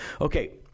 okay